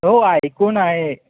हो ऐकून आहे